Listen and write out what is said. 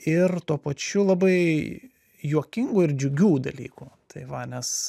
ir tuo pačiu labai juokingų ir džiugių dalykų tai va nes